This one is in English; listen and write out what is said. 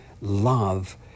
love